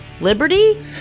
Liberty